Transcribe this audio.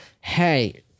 Hey